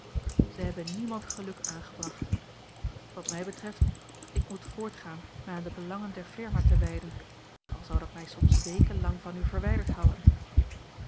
zij hebben niemand geluk aangebracht wat mij betreft ik moet voortgaan mij aan de belangen der firma te wijden al zou dat mij soms weken lang van u verwijderd houden